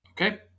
Okay